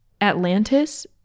Atlantis